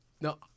no